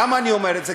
למה אני אומר את זה?